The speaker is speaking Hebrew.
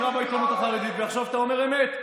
יקרא בעיתונות החרדית ויחשוב שאתה אומר אמת.